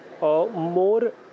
more